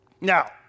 Now